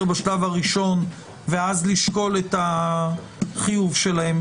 בשלב הראשון ואז לשקול את החיוב שלהן.